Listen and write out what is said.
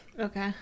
Okay